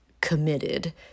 committed